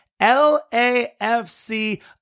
LAFC